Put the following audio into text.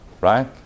Right